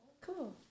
Cool